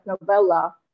novella